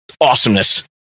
awesomeness